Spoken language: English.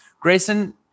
Grayson